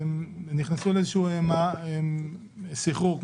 והן נכנסנו למעין סחרור.